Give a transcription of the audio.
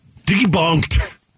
Debunked